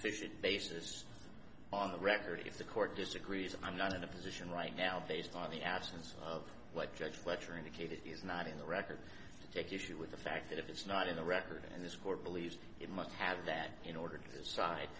sufficient basis on the record if the court disagrees i'm not in a position right now based on the absence of what judge fletcher indicated is not in the record take issue with the fact that if it's not in the record in this court believed it must have that in order to